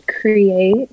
create